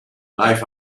life